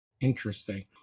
Interesting